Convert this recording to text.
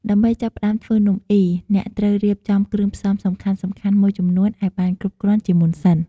ដើម្បីចាប់ផ្តើមធ្វើនំអុី អ្នកត្រូវរៀបចំគ្រឿងផ្សំសំខាន់ៗមួយចំនួនឱ្យបានគ្រប់គ្រាន់ជាមុនសិន។